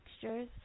textures